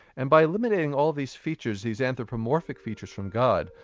and by eliminating all these features, these anthromorphic features from god,